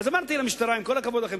אמרתי למשטרה: עם כל הכבוד לכם,